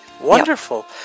Wonderful